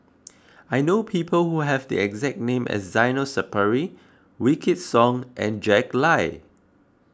I know people who have the exact name as Zainal Sapari Wykidd Song and Jack Lai